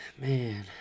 man